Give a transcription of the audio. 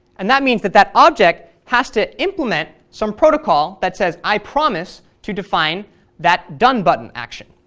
and that means that that object has to implement some protocol that says i promise to define that done button action,